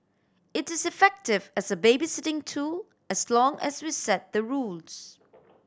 it is effective as a babysitting tool as long as we set the rules